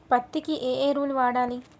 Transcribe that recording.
పత్తి కి ఏ ఎరువులు వాడాలి?